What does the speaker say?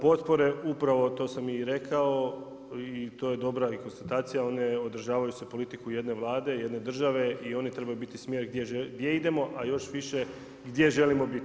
Potpore upravo to sam i rekao i to je i dobra i konstatacija, one održavaju politiku jedne Vlade, jedne države i one trebaju biti smjer gdje idemo, a još više gdje želimo biti.